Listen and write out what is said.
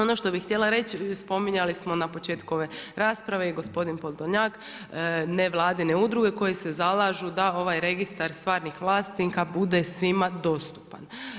Ono što bi htjela reći, spominjali smo na početku ove rasprave i gospodin Podolnjak, nevladine udruge koje se zalažu da ovaj registar stvarnih vlasnika bude svima dostupan.